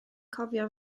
cofio